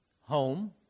home